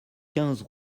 quinze